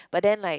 but then like